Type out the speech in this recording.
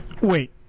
Wait